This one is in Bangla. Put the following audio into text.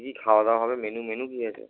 কী খাওয়াদাওয়া হবে মেনু মেনু কী আছে